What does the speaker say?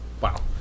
Wow